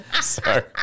Sorry